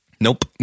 nope